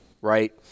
right